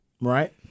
Right